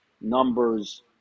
numbers